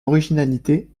originalité